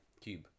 Cube